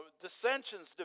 dissensions